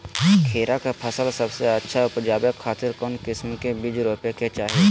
खीरा के फसल सबसे अच्छा उबजावे खातिर कौन किस्म के बीज रोपे के चाही?